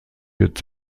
wird